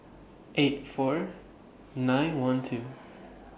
eight four nine one two